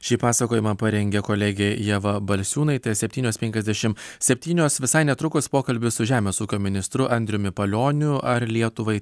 šį pasakojimą parengė kolegė ieva balsiūnaitė septynios penkiasdešimt septynios visai netrukus pokalbis su žemės ūkio ministru andriumi palioniu ar lietuvai